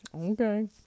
Okay